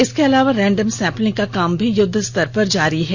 इसके अलावा random sampling का काम भी युद्ध स्तर पर जारी है